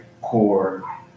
core